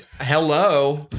hello